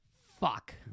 fuck